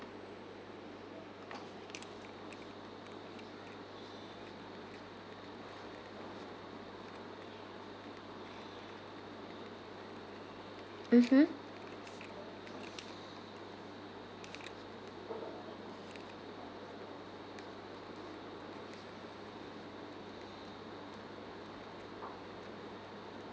mmhmm